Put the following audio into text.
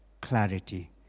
clarity